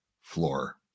floor